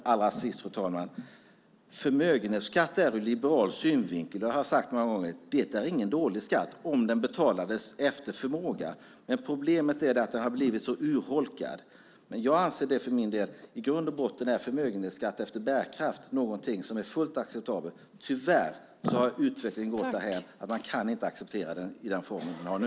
Jag har många gånger sagt att förmögenhetsskatten är ur liberal synvinkel ingen dålig skatt om den betalas efter förmåga. Problemet är att den har blivit så urholkad. Jag anser i grund och botten att förmögenhetsskatt efter bärkraft är något fullt acceptabelt. Tyvärr har utvecklingen gått därhän att vi inte kan acceptera skatten i den form den har nu.